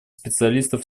специалистов